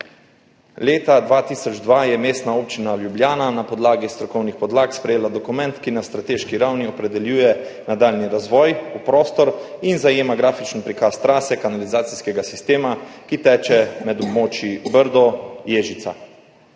Leta 2002 je Mestna občina Ljubljana na podlagi strokovnih podlag sprejela dokument, ki na strateški ravni opredeljuje nadaljnji razvoj v prostor in zajema grafični prikaz trase kanalizacijskega sistema, ki teče med območji Brdo in Ježica.